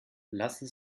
lassen